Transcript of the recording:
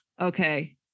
okay